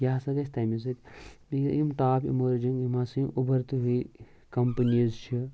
یہِ ہسا گَژھِ تٔمے سٟتۍ بیٚیہِ ییٚلہِ یِم ٹاپ اِمٲرجَن یِم ہَسا یِم اوٗبَر تہٕ وے کَمپٔنیٖز چھِ